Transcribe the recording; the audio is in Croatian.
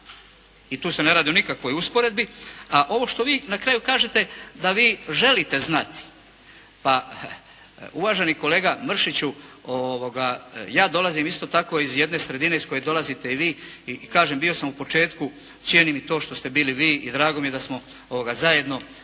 i tu se ne radi o nikakvoj usporedbi. A ovo što vi na kraju kažete da vi želite znati, pa uvaženi kolega Mršiću ja dolazim isto tako iz jedne sredine iz koje dolazite i vi i kažem bio sam u početku, cijenim i to što ste bili i vi i drago mi je da smo zajedno